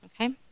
okay